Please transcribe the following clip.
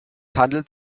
handelt